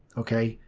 ok,